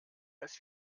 als